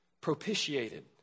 propitiated